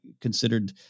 considered